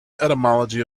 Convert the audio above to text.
etymology